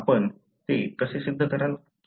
तर आपण ते कसे सिद्ध कराल